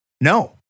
No